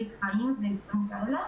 בלי קרעים ודברים כאלה.